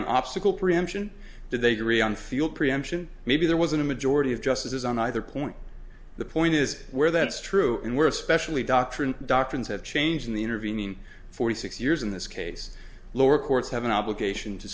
on obstacle preemption did they re on feel preemption maybe there wasn't a majority of justices on either point the point is where that's true and where especially doctrine doctrines have changed in the intervening forty six years in this case lower courts have an obligation to